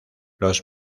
los